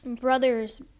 brother's